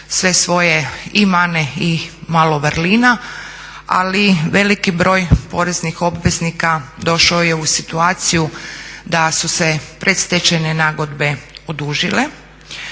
sve svoje i mane i malo vrlina. Ali veliki broj poreznih obveznika došao je u situaciju da su se predstečajne nagodbe odužile,